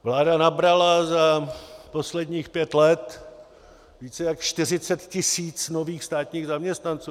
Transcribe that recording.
Vláda nabrala za posledních pět let více než 40 tisíc nových státních zaměstnanců.